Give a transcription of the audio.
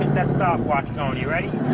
that stopwatch going. are you ready?